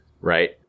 right